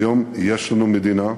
היום יש לנו מדינה,